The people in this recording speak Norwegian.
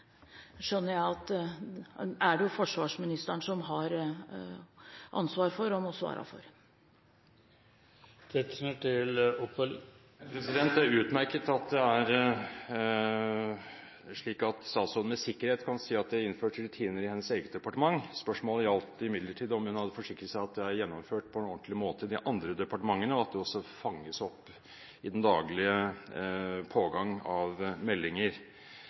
er det forsvarsministeren som har ansvaret for den, og må svare for den. Det er utmerket at det er slik at statsråden med sikkerhet kan si at det er innført rutiner i hennes eget departement. Spørsmålet gjaldt imidlertid om hun hadde forsikret seg om at det er gjennomført på en ordentlig måte i de andre departementene, og at det også fanges opp i den daglige pågang av meldinger.